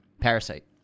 Parasite